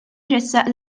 jressaq